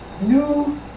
new